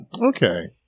Okay